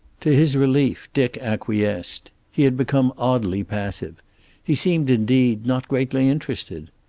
to his relief dick acquiesced. he had become oddly passive he seemed indeed not greatly interested.